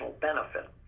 benefit